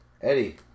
Eddie